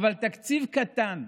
אבל תקציב קטן,